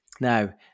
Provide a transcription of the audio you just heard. Now